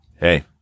Hey